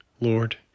Lord